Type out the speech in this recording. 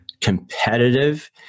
competitive